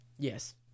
Yes